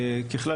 ככלל,